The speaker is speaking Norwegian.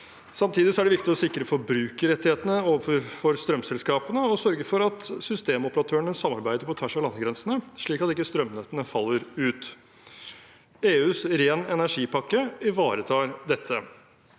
Samtidig er det viktig å sikre forbrukerrettighetene overfor strømselskapene og sørge for at systemoperatørene samarbeider på tvers av landegrensene, slik at ikke strømnettene faller ut. EUs ren energi-pakke ivaretar dette.